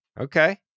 okay